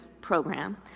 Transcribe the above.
program